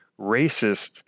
racist